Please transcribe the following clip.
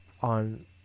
on